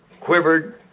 quivered